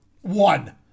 One